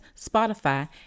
Spotify